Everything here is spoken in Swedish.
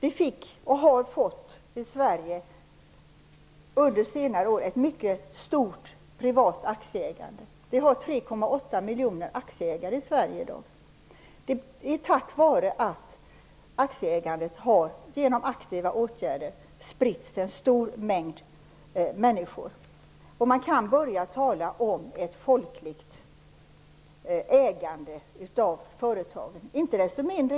Under senare år har vi fått ett mycket stort privat aktieägande i Sverige. Vi har 3,8 miljoner aktieägare i Sverige i dag. Det är tack vare aktiva åtgärder som aktieägandet har spritts till en stor mängd människor. Man kan börja tala om ett folkligt ägande av företag.